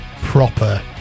proper